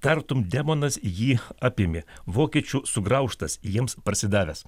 tartum demonas jį apėmė vokiečių sugraužtas jiems parsidavęs